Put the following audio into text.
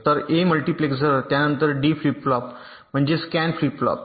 तर a multiplexer त्यानंतर D flip flop म्हणजे एक स्कॅन फ्लिप फ्लॉप